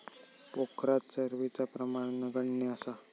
पोखरात चरबीचा प्रमाण नगण्य असा